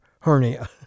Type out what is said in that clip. hernia